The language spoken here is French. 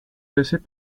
classés